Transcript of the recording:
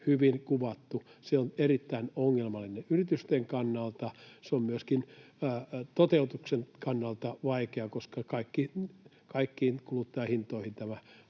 hyvin kuvattu: Se on erittäin ongelmallinen yritysten kannalta. Se on myöskin toteutuksen kannalta vaikea, koska kaikkiin kuluttajahintoihin tämä